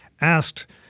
asked